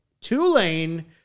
tulane